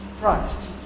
Christ